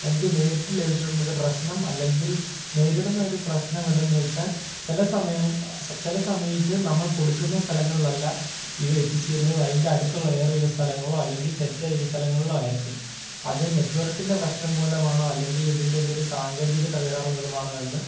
എനിക്ക് നേരിട്ട് ലഭിച്ചിട്ടുള്ള ഒരു പ്രശ്നം അല്ലെങ്കിൽ നേരിടുന്ന ഒരു പ്രശ്നം എന്തെന്ന് വെച്ചാൽ ചില സമയം സ ചില സമയത്ത് നമ്മൾ കൊടുക്കുന്ന സ്ഥലങ്ങളിൽ അല്ല ഇവ എത്തിച്ചേരുന്നതും അതിൻ്റെ അടുത്തുള്ള വേറേല് സ്ഥലങ്ങളോ അല്ലെങ്കിൽ തെറ്റായൊരു സ്ഥലങ്ങളിലോ ആയിരിക്കും അത് നെറ്റ്വർക്കിൻ്റെ പ്രശ്നം മൂലമാണോ അല്ലെങ്കിൽ ഇതിൻ്റെ എന്തേലും സാങ്കേതിക തകരാറ് മൂലമാണോ എന്ന്